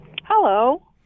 Hello